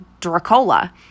Dracola